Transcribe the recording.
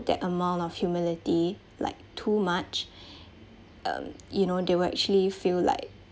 that amount of humility like too much um you know they will actually feel like